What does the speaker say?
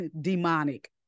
demonic